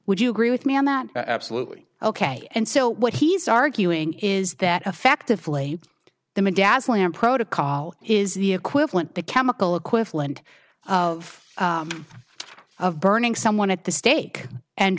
would you agree with me on that absolutely ok and so what he's arguing is that effectively the my dad's lamb protocol is the equivalent the chemical equivalent of of burning someone at the stake and